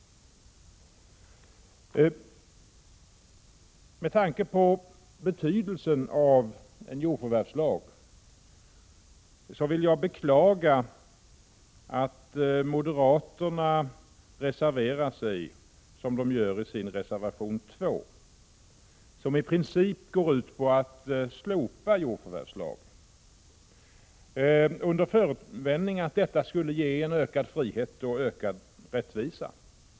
Med tanke på betydelsen av en jordförvärvslag beklagar jag att moderaterna reserverat sig, som de gör i sin reservation 2. Reservationen går i princip ut på att slopa jordförvärvslagen, med förevändningen att detta skulle leda till ökad frihet och ökad rättvisa.